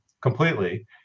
completely